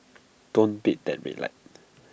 don't beat that red light